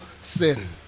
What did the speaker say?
sin